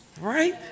Right